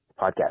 podcast